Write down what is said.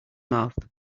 mouth